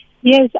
Yes